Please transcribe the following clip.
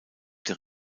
der